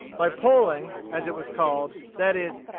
by poling, as it was called, that is,